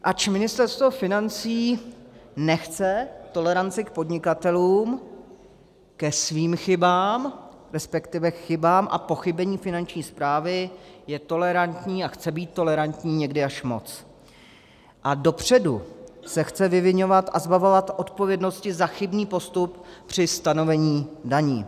Ač Ministerstvo financí nechce toleranci k podnikatelům, ke svým chybám, resp. k chybám a pochybením Finanční správy je tolerantní a chce být tolerantní někdy až moc a dopředu se chce vyviňovat a zbavovat odpovědnosti za chybný postup při stanovení daní.